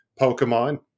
Pokemon